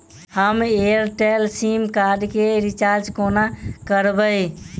हम Airtel SIM card केँ recharge कोना करबै?